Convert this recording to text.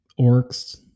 orcs